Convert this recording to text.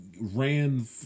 ran